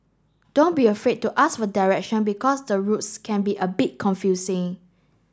don't be afraid to ask for direction because the roads can be a bit confusing